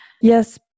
yes